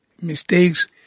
mistakes